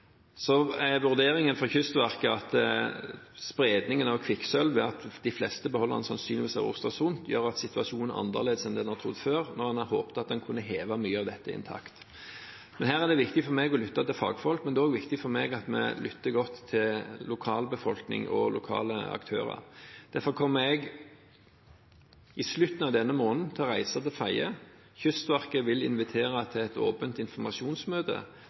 Så til vurderingen fra Kystverket av spredning av kvikksølv: Det at de fleste beholderne sannsynligvis har rustet i stykker, gjør at situasjonen er annerledes enn det man har trodd før, da man håpte at man kunne heve mye av vraket intakt. Det er viktig for meg å lytte til fagfolk, men det er også viktig for meg at vi lytter godt til lokalbefolkningen og lokale aktører. Derfor kommer jeg i slutten av denne måneden til å reise til Fedje. Kystverket vil invitere til et åpent informasjonsmøte